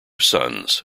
sons